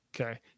Okay